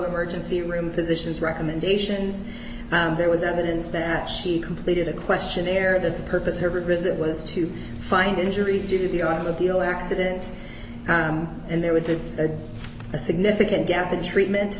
urgency room physicians recommendations and there was evidence that she completed a questionnaire that the purpose her visit was to find injuries due to the automobile accident and there was a a a significant gap in treatment